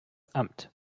amt